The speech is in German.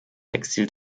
exil